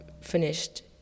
finished